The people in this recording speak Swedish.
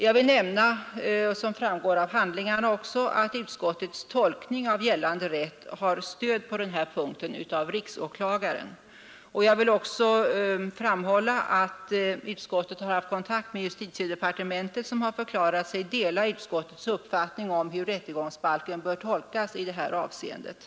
Jag vill nämna att — som också framgår av handlingarna — utskottets tolkning av gällande rätt har stöd på den här punkten av riksåklagaren, och jag vill också framhålla att utskottet har haft kontakt med justitiedepartementet som har förklarat sig dela utskottets uppfattning om hur rättegångsbalken bör tolkas i det här avseendet.